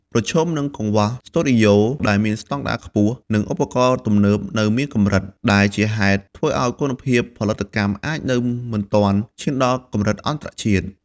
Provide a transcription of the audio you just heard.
ប្រឈមនឹងកង្វះ ស្ទូឌីយោដែលមានស្តង់ដារខ្ពស់ និងឧបករណ៍ទំនើបនៅមានកម្រិត ដែលជាហេតុធ្វើឱ្យគុណភាពផលិតកម្មអាចនៅមិនទាន់ឈានដល់កម្រិតអន្តរជាតិ។